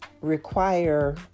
require